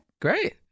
Great